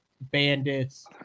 bandits